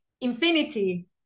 Infinity